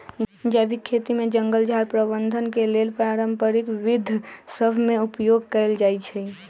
जैविक खेती में जङगल झार प्रबंधन के लेल पारंपरिक विद्ध सभ में उपयोग कएल जाइ छइ